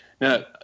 Now